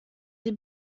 sie